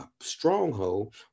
stronghold